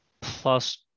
Plus